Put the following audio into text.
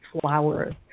flowers